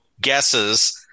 guesses